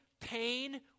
pain